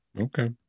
Okay